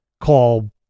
call